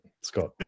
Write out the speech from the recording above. scott